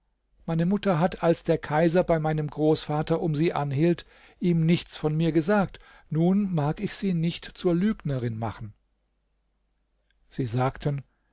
meine mutter hat als der kaiser bei meinem großvater um sie anhielt ihm nichts von mir gesagt nun mag ich sie nicht zur lügnerin machen sie sagten